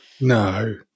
No